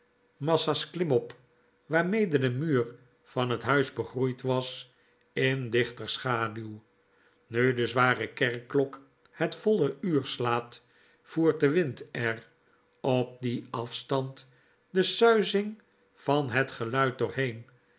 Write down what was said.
massa's klimop waarmede de muur van het huis begroeid was in dichter schaduw nu de zware kerkklok het voile uur slaat voert de wind er op dien afstand de suizing van het geluid doorheen